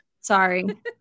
Sorry